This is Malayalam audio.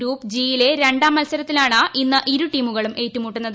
ഗ്രൂപ്പ് ജി യിലെ രണ്ടാം മത്സരത്തിലാണ് ഇന്ന് ഇരു ടീമുകളും ഏറ്റുമുട്ടുന്നത്